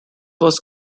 was